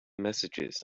messages